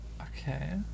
Okay